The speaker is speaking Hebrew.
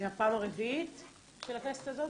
זו הפעם הרביעית או החמישית של הכנסת הזאת?